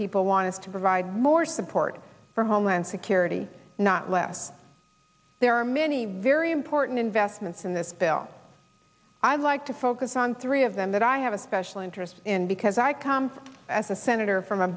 people want us to provide more support for homeland security not less there are many very important investments in this bill i'd like to focus on three of them that i have a special interest in because i come as a senator from a